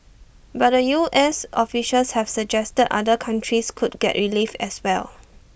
but the U S officials have suggested other countries could get relief as well